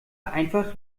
einfach